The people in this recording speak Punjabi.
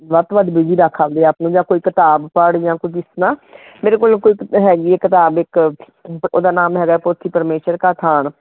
ਵੱਧ ਤੋਂ ਵੱਧ ਬੀਜੀ ਰੱਖ ਆਪਣੇ ਆਪ ਨੂੰ ਜਾਂ ਕੋਈ ਕਿਤਾਬ ਪੜ੍ਹ ਜਾਂ ਕੋਈ ਕਿਸੇ ਤਰ੍ਹਾਂ ਮੇਰੇ ਕੋਲ ਹੈਗੀ ਹੈ ਕਿਤਾਬ ਇੱਕ ਉਹਦਾ ਨਾਮ ਹੈਗਾ ਪੋਥੀ ਪਰਮੇਸ਼ਰ ਕਾ ਥਾਨ